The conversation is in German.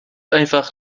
einfach